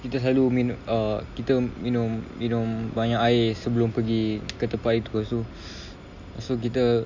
kita selalu minum uh kita minum minum banyak air sebelum pergi ke tempat itu lepas tu lepas tu kita